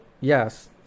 Yes